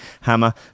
Hammer